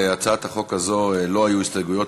להצעת החוק הזו לא היו הסתייגויות,